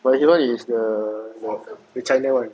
but his [one] is the the china one